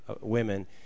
Women